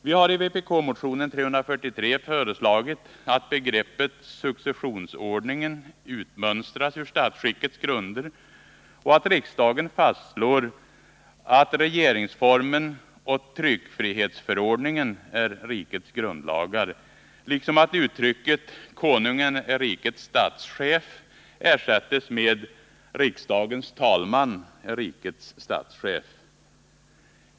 Vi har i vpk-motionen 343 föreslagit att begreppet ”successionsordningen” utmönstras ur statsskickets grunder och att riksdagen fastslår: ”Regeringsformen och tryckfrihetsförordningen är rikets grundlagar” liksom att uttrycket ”Konungen är rikets statschef” ersättes med ”Riksdagens talman är rikets statschef”.